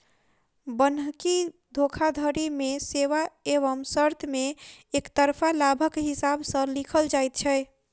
बन्हकी धोखाधड़ी मे सेवा एवं शर्त मे एकतरफा लाभक हिसाब सॅ लिखल जाइत छै